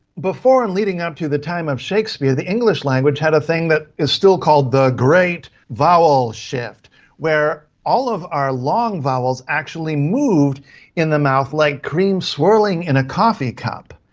before and leading up to the time of shakespeare, the english language had a thing that is still called the great vowel shift where all of our long vowels actually moved in the mouth, like cream swirling in a coffee cup,